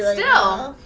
no,